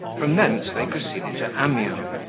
from thence they proceeded to amiens,